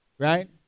Right